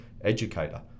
educator